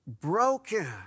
broken